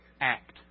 act